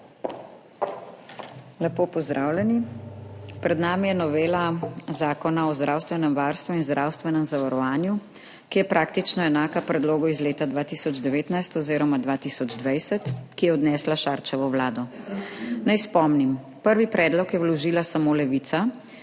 Lepo pozdravljeni! Pred nami je novela Zakona o zdravstvenem varstvu in zdravstvenem zavarovanju, ki je praktično enaka predlogu iz leta 2019 oziroma 2020, ki je odnesla Šarčevo vlado. Naj spomnim, prvi predlog je vložila samo Levica